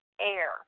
air